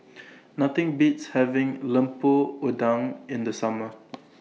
Nothing Beats having Lemper Udang in The Summer